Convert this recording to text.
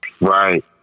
Right